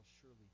surely